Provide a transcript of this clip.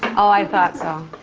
ah i thought so.